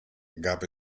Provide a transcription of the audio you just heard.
gab